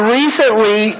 recently